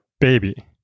baby